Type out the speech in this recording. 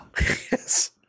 Yes